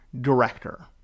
director